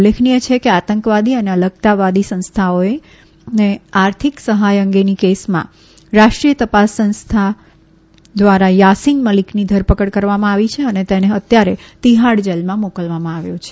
ઉલ્લેખનીય છે કે આતંકવાદી અને અલગતાવાદી સંસ્થાઓને આર્થિક સહાય અંગેની કેસમાં રાષ્ટ્રીય તપાસ સંસ્થા દ્વારા યાસીન મલિકની ધરપકડ કરવામાં આવી છે અને તેને અત્યારે તિહાડ જેલમાં રાખવામાં આવ્યો છે